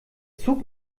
zug